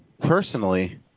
personally